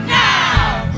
now